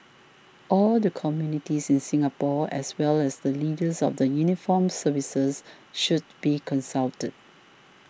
all the communities in Singapore as well as the leaders of the uniformed services should be consulted